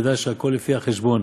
ודע שהכול לפי החשבון.